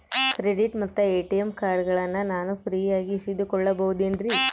Credit ಮತ್ತ ATM ಕಾರ್ಡಗಳನ್ನ ನಾನು ಫ್ರೇಯಾಗಿ ಇಸಿದುಕೊಳ್ಳಬಹುದೇನ್ರಿ?